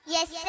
Yes